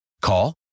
Call